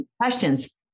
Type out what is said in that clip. questions